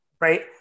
right